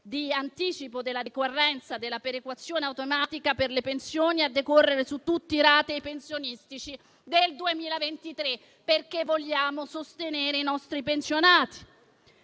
di anticipo della decorrenza della perequazione automatica per le pensioni a decorrere su tutti i ratei pensionistici del 2023. E questo perché vogliamo sostenere i nostri pensionati.